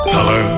Hello